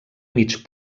mig